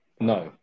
No